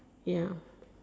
ya